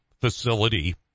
facility